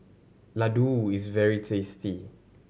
ladoo is very tasty